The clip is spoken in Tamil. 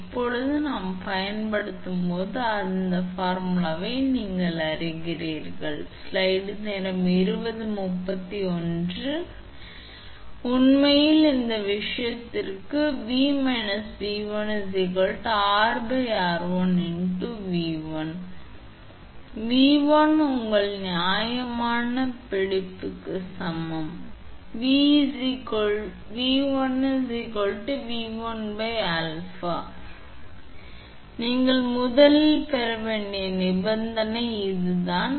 இப்போது நாம் பயன்படுத்தும் அதே பார்முலாவை நாங்கள் அறிவோம் 𝑉 − 𝑉1 𝑉1 𝑟 ln 𝛼 𝑟1 ln 𝛼 எனவே உண்மையில் இது உங்கள் விஷயத்திற்கு இது போன்றது 𝑉 − 𝑉1 𝑟 𝑟1 𝑉1 1 𝑟1 𝑟 𝑉1𝛼 எனவே 𝑉1 உங்கள் நியாயமான பிடிப்புக்கு சமம் Two 𝑉1 𝑉1⁄𝛼 இந்த இரண்டிலிருந்து மட்டுமே நீங்கள் எழுத முடியும் நீங்கள் முதலில் பெறவேண்டிய நிபந்தனை இதுதான்